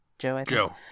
Joe